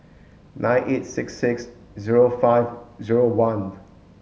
nine eight six six zero five zero one